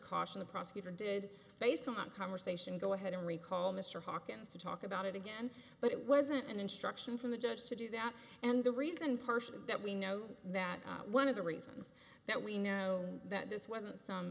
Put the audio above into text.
caution the prosecutor did based on conversation go ahead and recall mr hawkins to talk about it again but it wasn't an instruction from the judge to do that and the reason partially that we know that one of the reasons that we know that this wasn't some